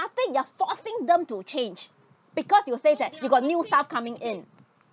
nothing you're forcing them to change because you said that you got new staff coming in